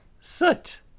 Soot